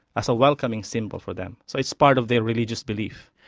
a so welcoming symbol for them. so it's part of their religious belief.